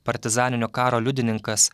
partizaninio karo liudininkas